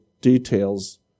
details